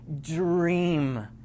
dream